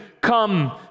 come